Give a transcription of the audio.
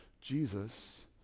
Jesus